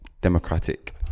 democratic